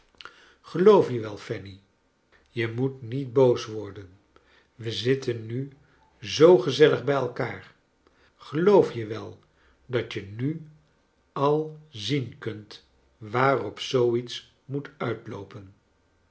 geloof je wel fanny je moet niet boos worden we zitten nu zoo gezellig bij elkaar geloof je wel dat je nu al zien kunt waarop zoo iets moet uitloopen